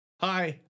hi